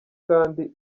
kandi